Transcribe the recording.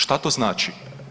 Šta to znači?